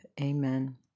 Amen